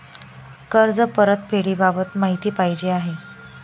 कर्ज परतफेडीबाबत माहिती पाहिजे आहे